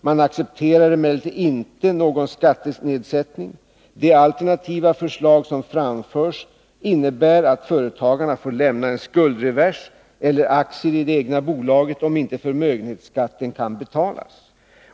Man accepterar emellertid inte någon skattenedsättning. De alternativa förslag som framförs innebär att företagarna får lämna en skuldrevers eller aktier i det egna bolaget, om inte förmögenhetsskatten kan betalas.